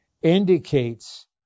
indicates